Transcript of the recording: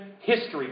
history